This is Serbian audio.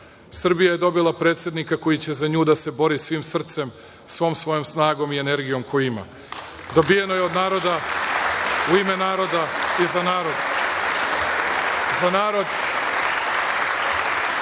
Srbija je dobila predsednika koji će za nju da se bori svim srcem, svom svojom snagom i energijom koju ima. Dobijeno je od naroda, u ime naroda i za narod,